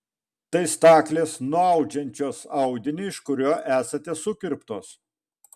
tai staklės nuaudžiančios audinį iš kurio esate sukirptos